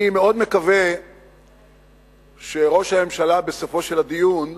אני מאוד מקווה שראש הממשלה, בסופו של הדיון,